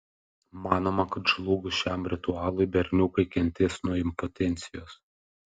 manoma kad žlugus šiam ritualui berniukai kentės nuo impotencijos